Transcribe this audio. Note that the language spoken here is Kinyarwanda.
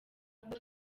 kuko